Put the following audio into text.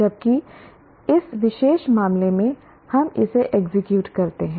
जबकि इस विशेष मामले में हम इसे एग्जीक्यूट करते हैं